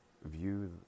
view